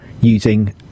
using